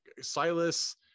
silas